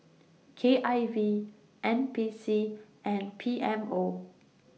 K I V N P C and P M O